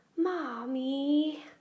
Mommy